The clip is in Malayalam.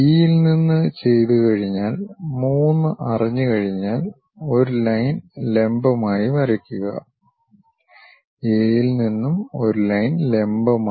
ബി യിൽ നിന്ന് ചെയ്തുകഴിഞ്ഞാൽ 3 അറിഞ്ഞു കഴിഞ്ഞാൽ ഒരു ലൈൻ ലംബമായി വരക്കുക എ യിൽ നിന്നും ഒരു ലൈൻ ലംബമായി